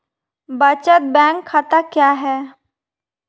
बचत बैंक खाता क्या है?